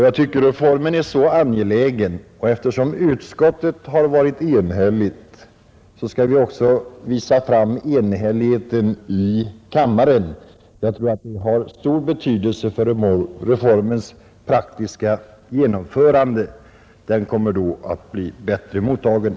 Jag tycker att reformen är mycket angelägen, och eftersom utskottet har varit enigt bör vi visa samma enighet i kammaren — det har säkerligen stor betydelse för reformens praktiska genomförande. Den kommer då att bli bättre mottagen.